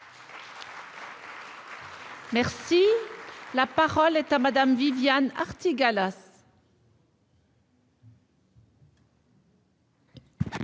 La parole est à Mme Viviane Artigalas,